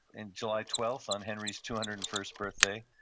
and july twelve, on henry's two hundred and first birthday,